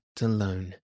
alone